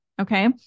Okay